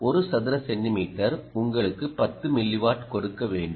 1 சதுர சென்டிமீட்டர் உங்களுக்கு 10 மில்லிவாட் கொடுக்க வேண்டும்